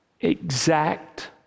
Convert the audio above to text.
exact